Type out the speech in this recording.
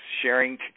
sharing